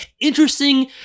interesting